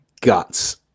guts